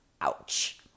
Ouch